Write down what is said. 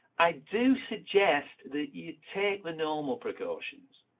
i do suggest that you take the normal precautions.